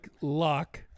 lock